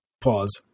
Pause